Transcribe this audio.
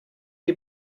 you